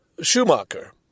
Schumacher